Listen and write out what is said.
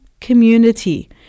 community